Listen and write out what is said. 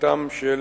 מבחינתם של